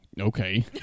Okay